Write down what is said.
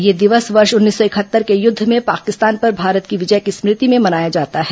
यह दिवस वर्ष उन्नीस सौ इकहत्तर के युद्ध में पाकिस्तान पर भारत की विजय की स्मृति में मनाया जाता है